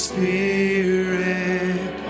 Spirit